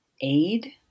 aid